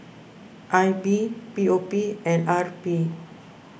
I B P O P and R P